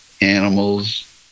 animals